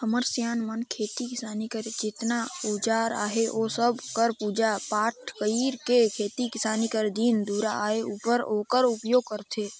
हमर सियान मन खेती किसानी कर जेतना अउजार अहे ओ सब कर पूजा पाठ कइर के खेती किसानी कर दिन दुरा आए उपर ओकर उपियोग करथे